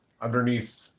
underneath